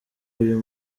uyu